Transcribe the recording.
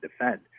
defend